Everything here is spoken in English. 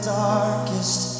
darkest